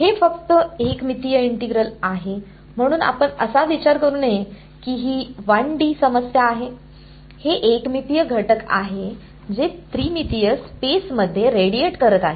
हे फक्त एकमितीय इंटिग्रल आहे म्हणून आपण असा विचार करू नये की ही 1D समस्या आहे हे एकमितीय घटक आहे जे त्रिमितीय स्पेसमध्ये रेडीएट करत आहे